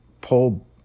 pull